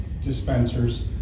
dispensers